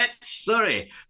sorry